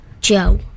Joe